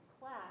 class